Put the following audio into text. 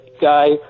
guy